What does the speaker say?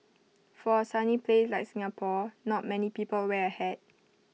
for A sunny place like Singapore not many people wear A hat